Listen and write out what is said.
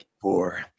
four